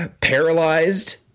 Paralyzed